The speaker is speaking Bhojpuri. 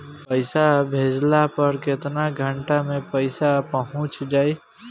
पैसा भेजला पर केतना घंटा मे पैसा चहुंप जाई?